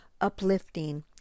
uplifting